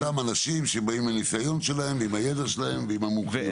אותם אנשים שבאים עם הניסיון שלהם ועם הידע שלהם ועם המומחיות שלהם.